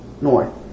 north